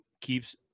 keeps